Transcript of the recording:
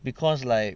because like